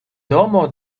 domo